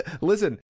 Listen